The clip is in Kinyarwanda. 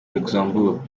luxembourg